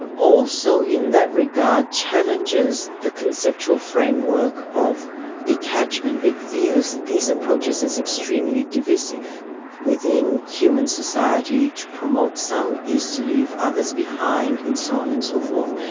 also in that regard, challenges the conceptual framework of detachment. it views these approaches as extremely divisive within human society to promote some is to leave others behind, and so on and so forth.